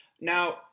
now